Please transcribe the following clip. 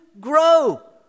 grow